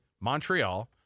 Montreal